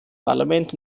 parlament